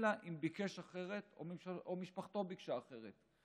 אלא אם כן ביקש אחרת או משפחתו ביקשה אחרת,